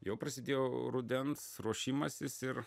jau prasidėjo rudens ruošimasis ir